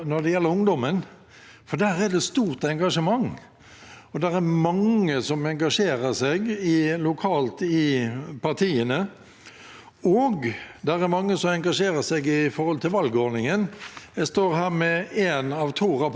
og det er mange som engasjerer seg i valgordningen. Jeg står her med én av to rapporter som jeg har fått, fra videregående elever som i regi av Holbergprisen i skolen